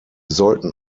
sollten